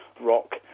rock